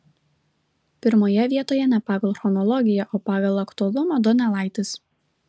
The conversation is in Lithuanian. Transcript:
pirmoje vietoje ne pagal chronologiją o pagal aktualumą donelaitis